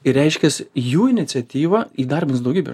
ir reiškias jų iniciatyva įdarbins daugybę